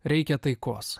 reikia taikos